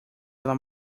ela